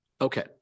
okay